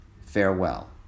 Farewell